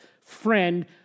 friend